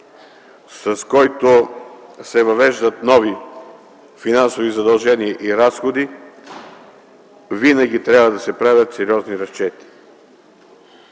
с който се въвеждат нови финансови задължения и разходи, винаги трябва да се правят сериозни разчети.